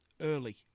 early